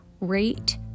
rate